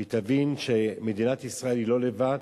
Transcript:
שתבין שמדינת ישראל היא לא לבד,